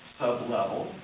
sublevel